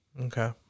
Okay